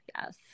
yes